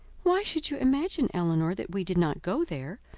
why should you imagine, elinor, that we did not go there,